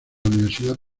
universidad